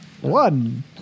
One